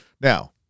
Now